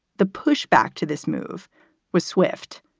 the pushback to this move was swift.